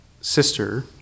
sister